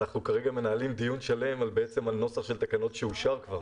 אנחנו כרגע מנהלים דיון שלם בעצם על נוסח של תקנות שאושר כבר.